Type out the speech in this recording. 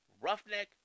Roughneck